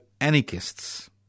anarchists